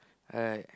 alright